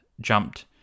jumped